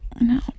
No